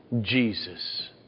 Jesus